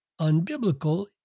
unbiblical